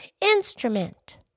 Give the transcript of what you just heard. instrument